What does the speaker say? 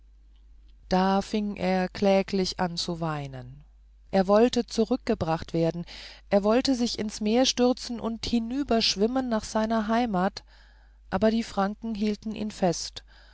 da fing er kläglich an zu weinen er wollte zurückgebracht werden er wollte ins meer sich stürzen und hinüberschwimmen nach seiner heimat aber die franken hielten ihn fest